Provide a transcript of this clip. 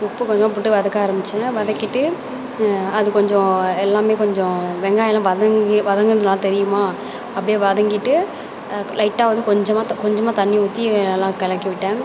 உப்பு கொஞ்சமாக போட்டு வதக்க ஆரம்பித்தேன் வதக்கிவிட்டு அது கொஞ்சம் எல்லாமே கொஞ்சம் வெங்காயமெலாம் வதங்கி வதங்கினதுலாம் தெரியுமா அப்படியே வதக்கிட்டு லைட்டாக வந்து கொஞ்சமாக கொஞ்சமாக தண்ணி ஊற்றி நல்லா கலக்கிவிட்டேன்